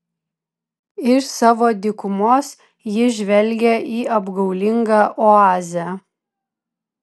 iš savo dykumos ji žvelgia į apgaulingą oazę